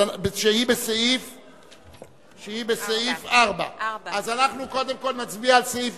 שהיא בסעיף 4. אנחנו קודם כול נצביע על סעיף